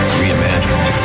reimagined